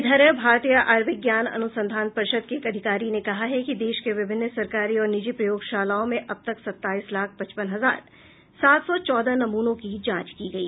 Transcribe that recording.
इधर भारतीय आयूर्विज्ञान अनुसंधान परिषद के एक अधिकारी ने कहा है कि देश के विभिन्न सरकारी और निजी प्रयोगशालाओं में अब तक सत्ताईस लाख पचपन हजार सात सौ चौदह नमूनों की जांच की गई